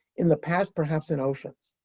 in the past perhaps in oceans,